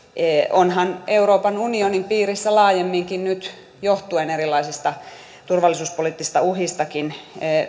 onhan euroopan unionin piirissä laajemminkin nyt johtuen erilaisista turvallisuuspoliittisista uhistakin